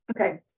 Okay